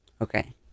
Okay